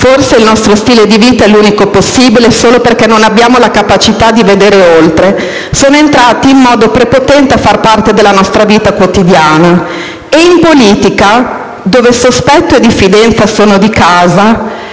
(forse il nostro stile di vita è l'unico possibile solo perché non abbiamo la capacità di vedere oltre...) sono entrati in modo prepotente a far parte della nostra vita quotidiana. E in politica, dove sospetto e diffidenza sono di casa,